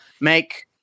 make